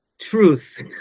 truth